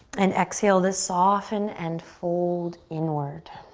and exhale to soften and fold inward.